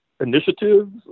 initiatives